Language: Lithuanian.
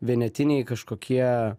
vienetiniai kažkokie